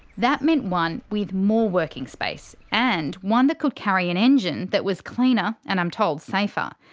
that meant one with more working space, and one that could carry an engine that was cleaner and i'm told, safer.